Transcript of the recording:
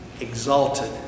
exalted